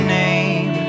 name